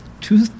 two